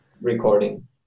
Recording